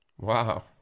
wow